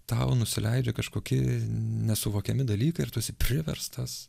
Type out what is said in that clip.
tau nusileidžia kažkokie nesuvokiami dalykai ir tu esi priverstas